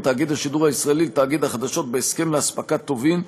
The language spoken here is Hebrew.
תאגיד השידור הישראלי לתאגיד החדשות בהסכם לאספקת טובין,